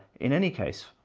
in any case,